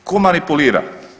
Tko manipulira?